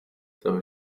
dabei